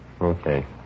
Okay